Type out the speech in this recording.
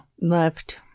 Left